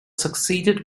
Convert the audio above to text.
succeeded